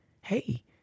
Hey